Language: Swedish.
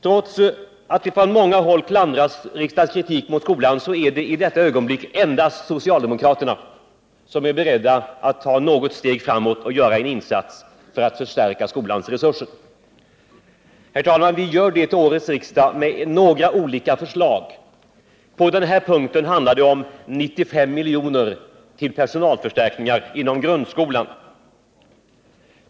Trots att det från många håll riktas kritik mot skolan är det i detta ögonblick endast socialdemokraterna som är beredda att ta några steg framåt och göra insatser för att förstärka skolans resurser. Herr talman! Vi gör det vid årets riksmöte med några olika förslag. På den här punkten handlar det om 95 milj.kr. till personalförstärkningar inom grundskolan.